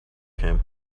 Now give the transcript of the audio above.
came